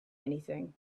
anything